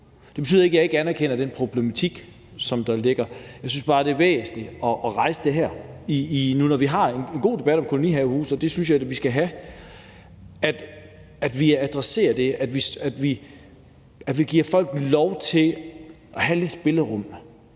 Det betyder ikke, at jeg ikke anerkender den problematik, der ligger. Jeg synes bare, det er væsentligt at rejse det her nu, når vi har en god debat om kolonihavehuse – og det synes jeg da vi skal have – altså at vi adresserer det, at vi giver folk lov til at have lidt spillerum,